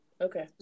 Okay